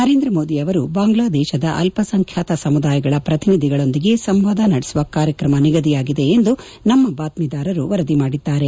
ನರೇಂದ್ರ ಮೋದಿ ಅವರು ಬಾಂಗ್ಲಾದೇಶದ ಅಲ್ಲಸಂಖ್ಯಾತ ಸಮುದಾಯಗಳ ಪ್ರತಿನಿಧಿಗಳೊಂದಿಗೆ ಸಂವಾದ ನಡೆಸುವ ಕಾರ್ಯಕ್ರಮ ನಿಗದಿಯಾಗಿದೆ ಎಂದು ನಮ್ಮ ಬಾತ್ಮೀದಾರರು ವರದಿ ಮಾಡಿದ್ದಾರೆ